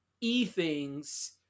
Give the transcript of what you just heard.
e-things